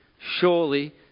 surely